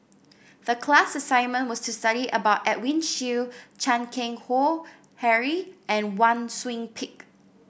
the class assignment was to study about Edwin Siew Chan Keng Howe Harry and Wang Sui Pick